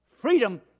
Freedom